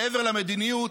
מעבר למדיניות,